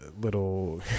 little